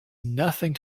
nothing